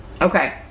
Okay